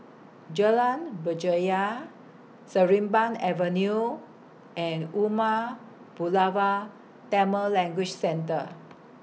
Jalan Berjaya Sarimbun Avenue and Umar Pulavar Tamil Language Centre